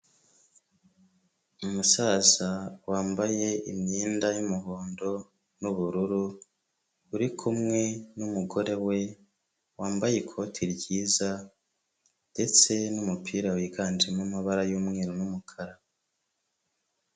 Umusaza wambaye imyenda y'umuhondo n'ubururu, uri kumwe n'umugore we, wambaye ikoti ryiza ndetse n'umupira wiganjemo amabara y'umweru n'umukara.